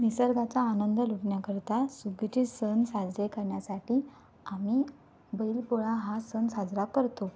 निसर्गाचा आनंद लुटण्याकरिता सुगीचे सण साजरे करण्यासाठी आम्ही बैलपोळा हा सण साजरा करतो